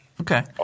Okay